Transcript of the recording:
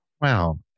Wow